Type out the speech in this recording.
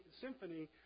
symphony